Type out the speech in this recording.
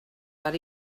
but